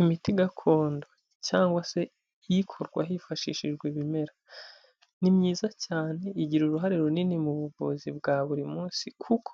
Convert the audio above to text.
Imiti gakondo cyangwa se ikorwa hifashishijwe ibimera, ni myiza cyane igira uruhare runini mu buvuzi bwa buri munsi kuko